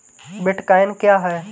Bitcoin क्या है?